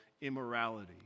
immorality